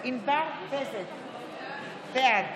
ענבר בזק, בעד